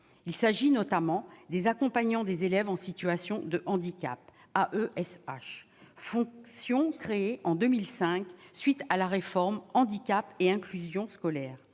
il s'agit notamment des accompagnants des élèves en situation de handicap A. E. S H, fonction créée en 2005 suite à la réforme handicap et inclusion scolaire